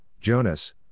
Jonas